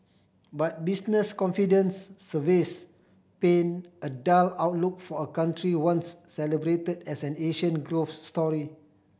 but business confidence surveys paint a dull outlook for a country once celebrated as an Asian growth story